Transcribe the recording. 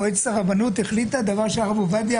מועצת הרבנות החליטה דבר שהרב עובדיה